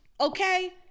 Okay